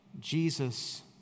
Jesus